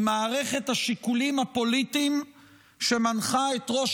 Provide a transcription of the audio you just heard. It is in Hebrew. היא מערכת השיקולים הפוליטיים שמנחה את ראש